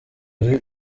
ari